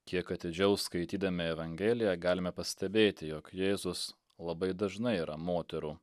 kiek atidžiau skaitydami evangeliją galime pastebėti jog jėzus labai dažnai yra moterų